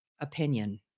opinion